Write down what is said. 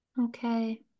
Okay